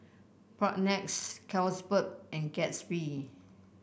Propnex Carlsberg and Gatsby